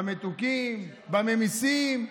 במתוקים ובממיסים.